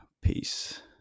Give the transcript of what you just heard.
Peace